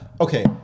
okay